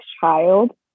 child